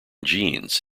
genes